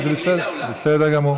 זה בסדר גמור.